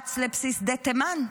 פרץ לבסיס שדה תימן,